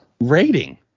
rating